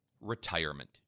retirement